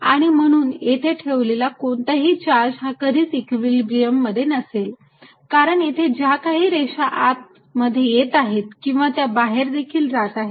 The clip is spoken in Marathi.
आणि म्हणून येथे ठेवलेला कोणताही चार्ज हा कधीच इक्विलिब्रियम मध्ये नसेल कारण येथे ज्या काही रेषा आत मध्ये येत आहेत त्या बाहेर देखील जात आहेत